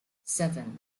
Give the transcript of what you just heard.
seven